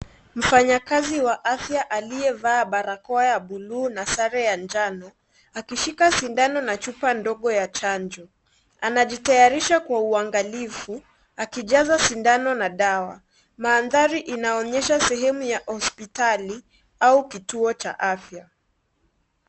Mfanyakazi wa afya aliyevaa barakoa ya buluu na sare ya njano akishika sindano na chupa ndogo ya chanjo. Anajitayarisha kwa uangalifu akijaza sindano na dawa. Mandhari inaonyesha sehemu ya hospitali au kituo cha afya.